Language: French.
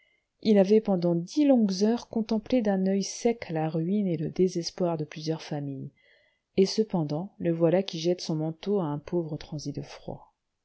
il avait pendant dix longues heures contemplé d'un oeil sec la ruine et le désespoir de plusieurs familles et cependant le voilà qui jette son manteau à un pauvre transi de froid